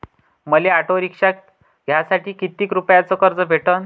मले auto rickshaw घ्यासाठी कितीक रुपयाच कर्ज भेटनं?